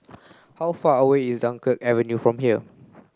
how far away is Dunkirk Avenue from here